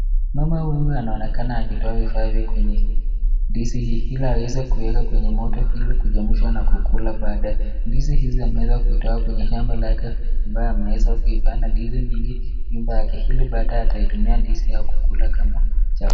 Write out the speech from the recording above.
Mama huyu anaonekana akitoa vifaa hivi kwenye, ndisi hii, ili awese kueka kwenye moto ili kujemusha na kukula baadae, ndizi hizi ameeza kuitoa kwenye shamba lake, ambaye ameeza kuipanda ndizi mingi, nyumba yake, ili baadae ataitumia ndisi hio kukula kama cha.